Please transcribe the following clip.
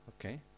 Okay